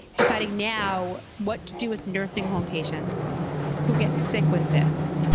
deciding now what to do with nursing home patients who get sick with this,